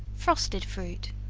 frosted fruit.